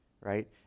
right